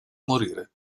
morire